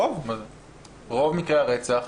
רוב מקרי הרצח.